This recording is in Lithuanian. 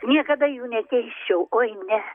niekada jų nekeisčiau oi ne